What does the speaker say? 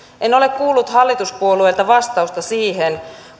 en ole kuullut hallituspuolueilta vastausta siihen